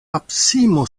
abismo